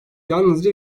yalnızca